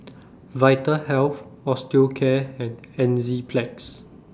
Vitahealth Osteocare and Enzyplex